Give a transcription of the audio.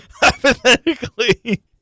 Hypothetically